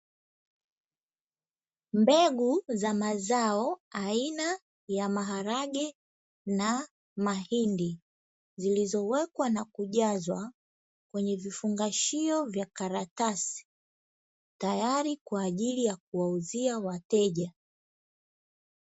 Mbegu za mazao aina ya maharage na mahindi, zilizowekwa na kujazwa kwenye vifungashio vya karatasi, tayari kwa ajili ya kuwauzia wateja.